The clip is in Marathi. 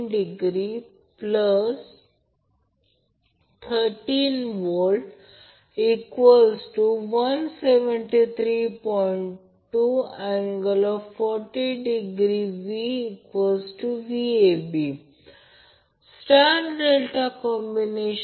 43° प्रत्यक्षात या गोष्टी खूप सोप्या आहेत फक्त थोडे या पुस्तकातून जा आणि इथे काय चर्चा झाली ते ऐका आणि या गोष्टीबद्दल काळजी करण्यासारखे काहीच नाही हे अगदी सोपे 3 फेज आहे तर हे अँपिअर आहे